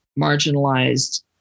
marginalized